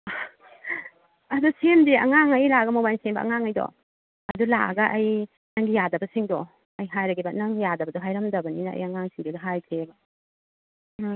ꯑꯗꯣ ꯁꯦꯝꯗꯦ ꯑꯉꯥꯡꯈꯩ ꯂꯥꯛꯑꯒ ꯃꯣꯕꯥꯏꯜ ꯁꯦꯝꯕ ꯑꯉꯥꯡꯈꯩꯗꯣ ꯑꯗꯨ ꯂꯥꯛꯑꯥꯒ ꯑꯩ ꯅꯪꯒꯤ ꯌꯥꯗꯕꯁꯤꯡꯗꯣ ꯑꯩ ꯍꯥꯏꯔꯒꯦꯕ ꯅꯪ ꯌꯥꯗꯕꯗꯣ ꯍꯥꯏꯔꯝꯗꯕꯅꯤꯅ ꯑꯩ ꯑꯉꯥꯡ ꯁꯤꯡꯗꯨꯗ ꯍꯥꯏꯗ꯭ꯔꯦꯕ ꯎꯝ